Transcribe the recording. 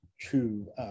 true